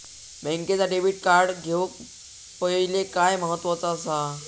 बँकेचा debit card घेउक पाहिले काय महत्वाचा असा?